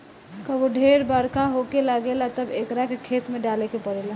कबो ढेर बरखा होखे लागेला तब एकरा के खेत में डाले के पड़ेला